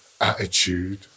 attitude